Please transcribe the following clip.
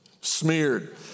smeared